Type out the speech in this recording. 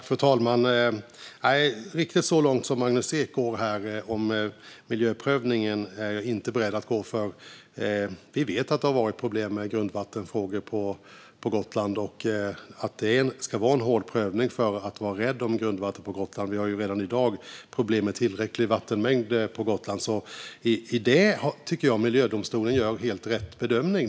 Fru talman! Riktigt så långt som Magnus Ek går här om miljöprövningen är jag inte beredd att gå. Vi vet att det har varit problem med grundvattenfrågor på Gotland. Det ska vara en hård prövning för att vara rädd om grundvattnet på Gotland. Vi har ju redan i dag problem med tillräcklig vattenmängd på Gotland, så i det tycker jag att miljödomstolen gör helt rätt bedömning.